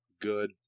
good